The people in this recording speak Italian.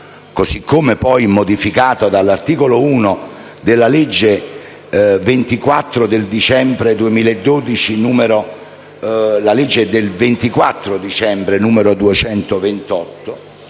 così come modificato dall'articolo 1 della legge del 24 dicembre 2012,